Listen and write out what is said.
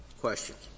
questions